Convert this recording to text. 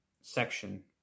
section